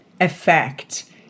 effect